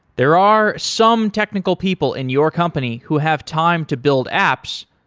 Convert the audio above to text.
there are some technical people in your company who have time to build apps,